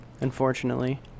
Unfortunately